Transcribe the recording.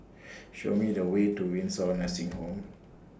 Show Me The Way to Windsor Nursing Home